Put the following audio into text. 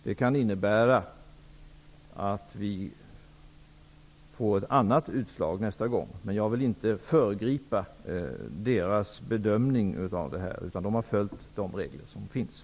Det kan innebära att vi får ett annat utslag nästa gång, men jag vill inte föregripa myndigheternas bedömning; de har följt de regler som gäller.